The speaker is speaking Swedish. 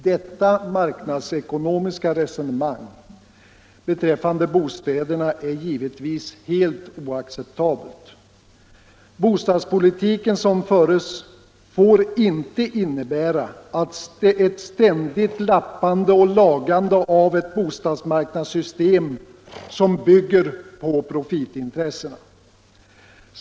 Detta marknadsekonomiska resonemang beträffande bostäderna är givetvis helt oacceptabelt. Den bostadspolitik som förs får inte innebära ett ständigt lappande och lagande av ett bostadsmarknadssystem som bygger på profitintressen.